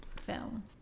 film